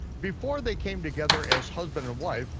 before they came together as husband and wife,